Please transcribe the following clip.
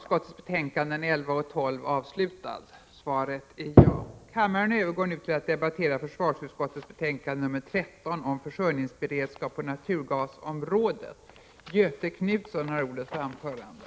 Kammaren övergår nu till att debattera utbildningsutskottets betänkande 36 om tilläggsbudget III. I fråga om detta betänkande hålls gemensam överläggning för samtliga punkter.